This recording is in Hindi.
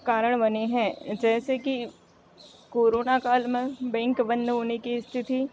कारण बने हैं जैसे कि कोरोना काल में बैंक बन्द होने की स्थिति